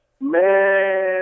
Man